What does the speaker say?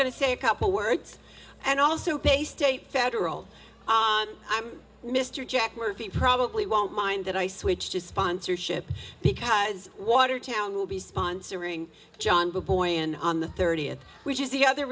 going to say a couple words and also pay state federal i'm mr jack murphy probably won't mind that i switched his sponsorship because watertown will be sponsoring johnboy in on the thirtieth which is the other